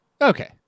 Okay